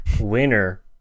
Winner